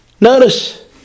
Notice